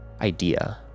idea